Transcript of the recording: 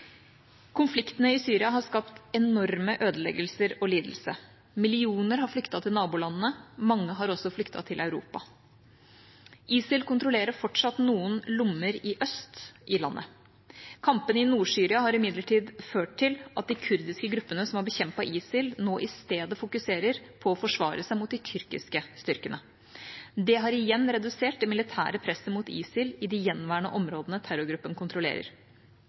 Konfliktene i Syria har skapt enorme ødeleggelser og lidelse. Millioner har flyktet til nabolandene. Mange har også flyktet til Europa. ISIL kontrollerer fortsatt noen lommer øst i landet. Kampene i Nord-Syria har imidlertid ført til at de kurdiske gruppene som har bekjempet ISIL, nå i stedet fokuserer på å forsvare seg mot de tyrkiske styrkene. Det har igjen redusert det militære presset mot ISIL i de gjenværende områdene terrorgruppa kontrollerer.